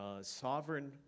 Sovereign